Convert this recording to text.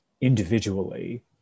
individually